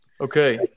Okay